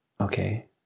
okay